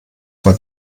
vor